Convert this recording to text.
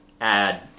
add